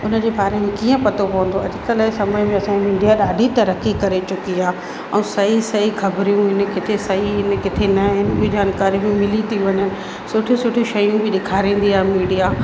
उन जे बारे में कीअं पतो पवंदो अॼुकल्ह जे समय में असांजी मीडिया ॾाढी तरक़ी करे चुकी आहे ऐं सही सही ख़बरियूं आहिनि किथे सही आहिनि किथे न आहिनि इअं जानकारियूं बि मिली थी वञनि सुठी सुठी शयूं बि ॾेखारींदी आहे मीडिया